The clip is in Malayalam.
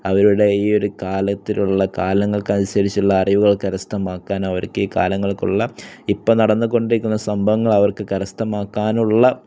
അവരുടെ ഈ ഒരു കാലത്തിലുള്ള കാലങ്ങൾക്കനുസരിച്ചുള്ള അറിവുകൾ കരസ്ഥമാക്കാനോ അവർക്ക് കാലങ്ങൾക്കുള്ള ഇപ്പം നടന്നുകൊണ്ടിരിക്കുന്ന സംഭവങ്ങൾ അവർക്ക് കരസ്ഥമാക്കാനുള്ള